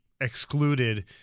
excluded